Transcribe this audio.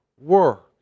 work